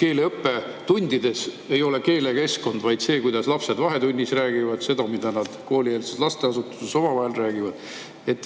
keeleõppetundides ei ole keelekeskkond, [mõjub ka] see, kuidas lapsed vahetunnis räägivad ja mida nad koolieelses lasteasutuses omavahel räägivad.